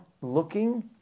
looking